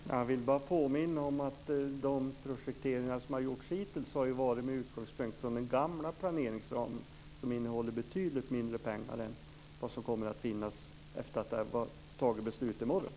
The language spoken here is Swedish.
Fru talman! Jag vill bara påminna om att de projekteringar som har gjorts hittills har skett med utgångspunkt i den gamla planeringsramen som innehåller betydligt mindre pengar än vad som kommer att finnas efter det att vi har fattat beslut i morgon.